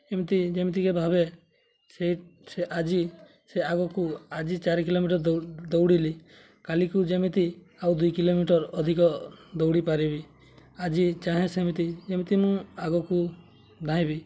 ଏମିତି ଯେମିତିକି ଭାବେ ସେ ସେ ଆଜି ସେ ଆଗକୁ ଆଜି ଚାରି କିଲୋମିଟର ଦୌଡ଼ିଲି କାଲିକୁ ଯେମିତି ଆଉ ଦୁଇ କିଲୋମିଟର ଅଧିକ ଦୌଡ଼ିପାରିବି ଆଜି ଚାହେଁ ସେମିତି ଯେମିତି ମୁଁ ଆଗକୁ ଭାଇବି